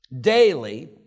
daily